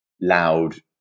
loud